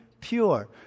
pure